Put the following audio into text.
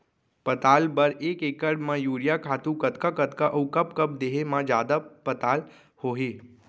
पताल बर एक एकड़ म यूरिया खातू कतका कतका अऊ कब कब देहे म जादा पताल होही?